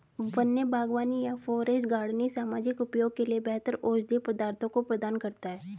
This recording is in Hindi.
वन्य बागवानी या फॉरेस्ट गार्डनिंग सामाजिक उपयोग के लिए बेहतर औषधीय पदार्थों को प्रदान करता है